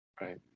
Right